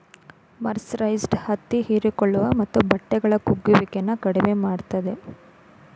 mercerised ಹತ್ತಿ ಹೀರಿಕೊಳ್ಳುವ ಮತ್ತು ಬಟ್ಟೆಗಳ ಕುಗ್ಗುವಿಕೆನ ಕಡಿಮೆ ಮಾಡ್ತದೆ